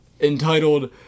entitled